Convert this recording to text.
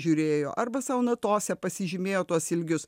žiūrėjo arba sau natose pasižymėjo tuos ilgius